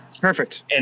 perfect